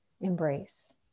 embrace